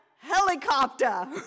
helicopter